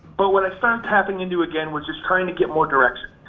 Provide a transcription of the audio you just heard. but what started tapping into again was just trying to get more direction.